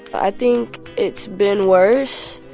i think it's been worse,